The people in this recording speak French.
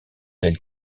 tel